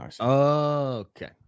okay